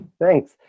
Thanks